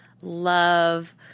love